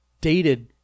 dated